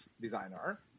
designer